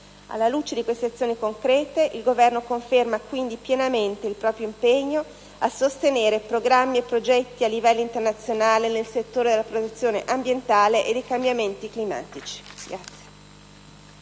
Alla luce di queste azioni concrete, il Governo conferma quindi pienamente il proprio impegno a sostenere programmi e progetti a livello internazionale nel settore della protezione ambientale e dei cambiamenti climatici.